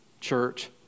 church